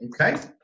Okay